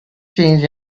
change